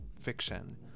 fiction